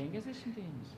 penkiasdešimt devynis